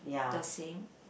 the same